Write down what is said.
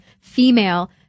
female